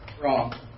wrong